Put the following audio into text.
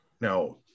Now